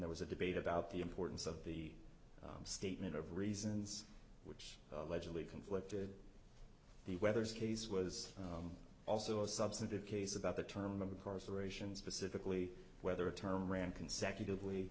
there was a debate about the importance of the statement of reasons which allegedly conflicted the weathers case was also a substantive case about the term of the course aeration specifically whether a term ran consecutively